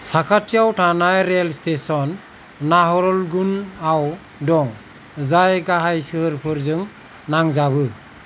साखाथियाव थानाय rail station नाहरलगुनआव दं जाय गाहाय सोहोरफोरजों नांजाबो